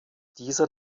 dieser